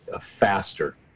faster